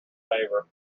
favour